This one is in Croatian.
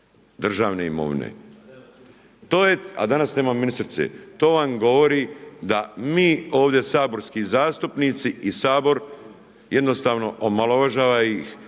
državne imovine. A danas nema ministrice. To vam govori da mi ovdje saborski zastupnici i Sabor jednostavno omalovažava ih